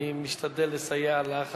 אני משתדל לסייע לך,